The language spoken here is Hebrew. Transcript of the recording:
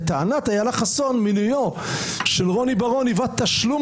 לטענת אילה חסון מינויו של רוני בר-און היווה תשלום